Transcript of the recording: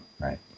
right